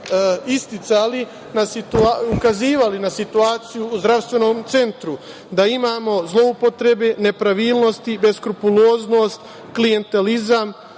puta ukazivali na situaciju u zdravstvenom centru, da imamo zloupotrebe, nepravilnosti, beskrupuloznost, klijentelizam